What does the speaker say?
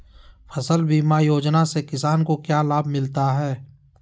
फसल बीमा योजना से किसान को क्या लाभ मिलता है?